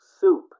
soup